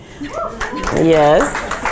yes